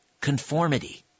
conformity